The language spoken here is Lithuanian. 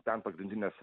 ten pagrindinės